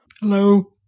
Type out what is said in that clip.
Hello